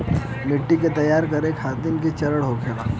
मिट्टी के तैयार करें खातिर के चरण होला?